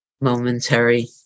momentary